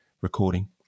recording